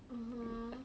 mmhmm